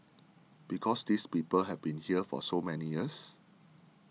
because these people have been here for so many years